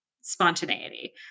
spontaneity